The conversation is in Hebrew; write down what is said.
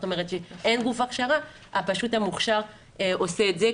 אין גוף הכשרה, פשוט המוכשר עושה את זה.